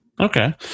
Okay